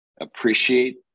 appreciate